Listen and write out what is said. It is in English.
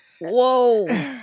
Whoa